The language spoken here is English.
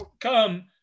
come